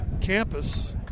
campus